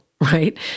right